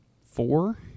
four